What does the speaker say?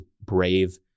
brave